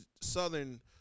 Southern